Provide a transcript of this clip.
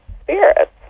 spirits